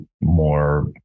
more